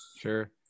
Sure